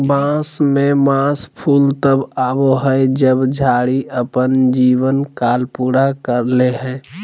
बांस में मास फूल तब आबो हइ जब झाड़ी अपन जीवन काल पूरा कर ले हइ